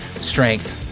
strength